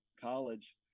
college